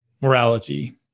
morality